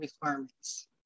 requirements